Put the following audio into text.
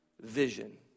vision